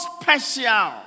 special